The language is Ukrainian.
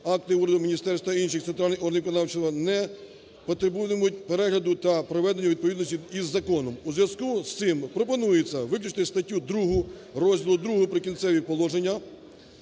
акти міністерств та інших центральних органів виконавчої влади не потребуватимуть перегляду та приведення у відповідність із законом. У зв'язку з цим пропонується виключити статтю 2 розділу ІІ "Прикінцеві положення".